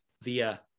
via